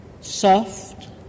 soft